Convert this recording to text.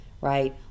right